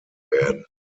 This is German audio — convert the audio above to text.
werden